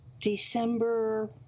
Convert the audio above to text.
December